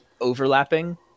overlapping